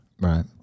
right